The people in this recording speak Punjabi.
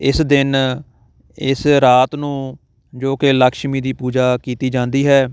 ਇਸ ਦਿਨ ਇਸ ਰਾਤ ਨੂੰ ਜੋ ਕਿ ਲਕਸ਼ਮੀ ਦੀ ਪੂਜਾ ਕੀਤੀ ਜਾਂਦੀ ਹੈ